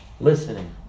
Listening